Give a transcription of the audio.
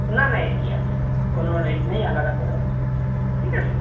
না না একই আছে কোনও রেট নেই আলাদা করে ঠিক আছে